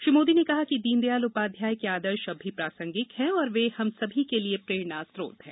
श्री मोदी ने कहा कि दीनदयाल उपाध्याय के आदर्श अब भी प्रासंगिक हैं और वे हम सभी के लिए प्रेरणास्रोत हैं